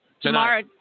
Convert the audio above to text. tomorrow